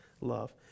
love